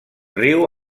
riu